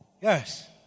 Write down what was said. yes